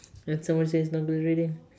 someone says reading